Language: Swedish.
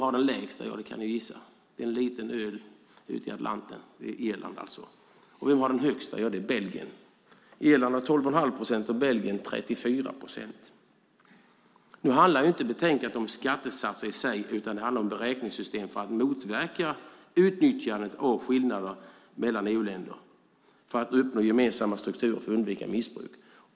Ni kan gissa vem som har den lägsta. Det är en liten ö ute i Atlanten, det vill säga Irland. Den som har den högsta är Belgien. Irland har 12 1⁄2 procent och Belgien 34 procent. Nu handlar inte betänkandet om skattesatser i sig utan om beräkningssystem för att motverka utnyttjandet av skillnader mellan EU-länder för att uppnå gemensamma strukturer för att undvika missbruk.